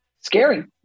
Scary